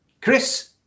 Chris